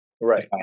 Right